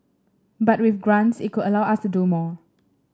but with grants it could allow us to do more